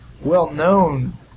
well-known